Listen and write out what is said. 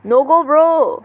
no go bro